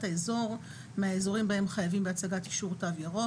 האזור מהאזורים בהם חייבים בהצגת אישור "תו ירוק"